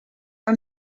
for